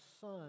son